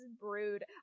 brood